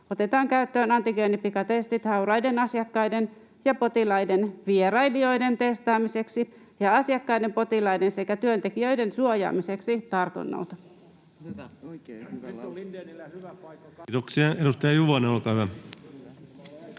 otetaan käyttöön antigeenipikatestit hauraiden asiakkaiden ja potilaiden vierailijoiden testaamiseksi ja asiakkaiden, potilaiden sekä työntekijöiden suojaamiseksi tartunnoilta.” [Speech